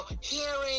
hearing